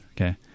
Okay